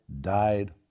died